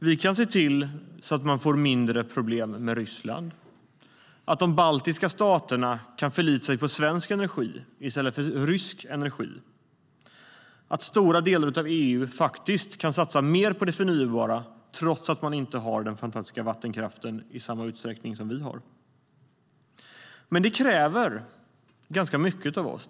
Vi kan se till att man får mindre problem med Ryssland, att de baltiska staterna kan förlita sig på svensk energi i stället för på rysk energi och att stora delar av EU faktiskt kan satsa mer på det förnybara trots att de inte har den fantastiska vattenkraften i samma utsträckning som vi har. Men det kräver ganska mycket av oss.